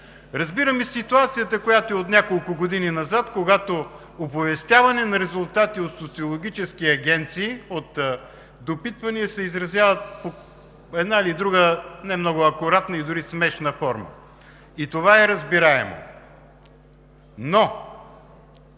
Разбирам и ситуацията, която е от няколко години назад, когато оповестяване на резултати от социологически агенции от допитвания се изразяват по една или друга не много акуратна и дори смешна форма. И това е разбираемо. Тук